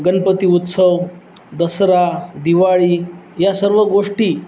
गणपती उत्सव दसरा दिवाळी या सर्व गोष्टी